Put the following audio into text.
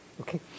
okay